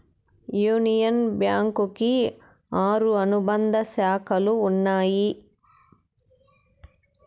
union Bank కి ఆరు అనుబంధ శాఖలు ఉన్నాయి